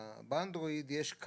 לא, ברור לי שיש את